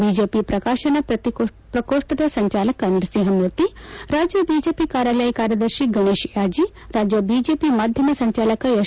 BJP ಪ್ರಕಾಶನ ಪ್ರಕೋಷ್ಠದ ಸಂಚಾಲಕ ನರಸಿಂಹಮೂರ್ತಿ ರಾಜ್ಯ ಬಿಜೆಪಿ ಕಾರ್ಯಾಲಯ ಕಾರ್ಯದರ್ಶಿ ಗಣೇಶ ಯಾಜಿ ರಾಜ್ಯ ಬಿಜೆಪಿ ಮಾಧ್ವಮ ಸಂಚಾಲಕ ಎಸ್